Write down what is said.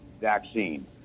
vaccine